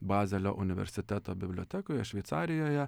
bazelio universiteto bibliotekoje šveicarijoje